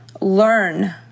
learn